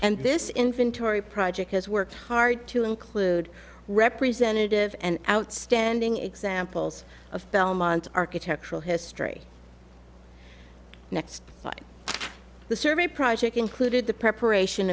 and this inventory project has worked hard to include representative and outstanding examples of belmont architectural history next slide the survey project included the preparation